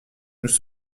nous